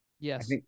Yes